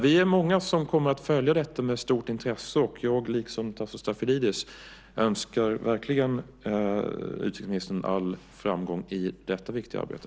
Vi är många som kommer att följa detta med stort intresse, och liksom Tasso Stafilidis önskar jag verkligen utrikesministern all framgång i detta viktiga arbete.